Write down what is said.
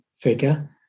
figure